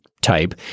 type